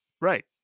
Right